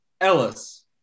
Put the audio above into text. Ellis